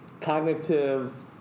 cognitive